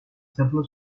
several